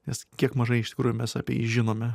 nes kiek mažai iš tikrųjų mes apie jį žinome